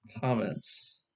Comments